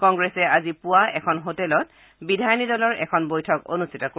কংগ্ৰেছে আজি পুৱা এখন হোটেলত বিধায়িনী দলৰ এখন বৈঠক অনুষ্ঠিত কৰিব